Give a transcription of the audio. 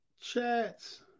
chats